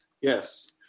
Yes